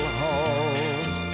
halls